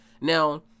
Now